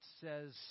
says